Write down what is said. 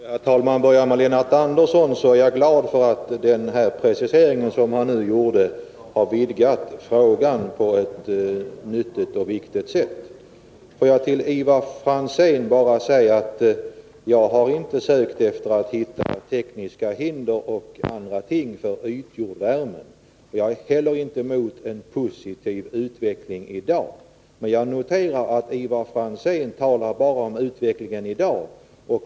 Herr talman! För att börja med Lennart Andersson är jag glad över att den precisering han nu gjorde har vidgat frågan på ett nyttigt och viktigt sätt. Till Ivar Franzén vill jag bara säga att jag inte har sökt efter tekniska eller andra hinder för ytjordvärme. Jag är heller inte emot en positiv utveckling i dag. Men jag noterar att Ivar Franzén bara talar om utvecklingen i dag.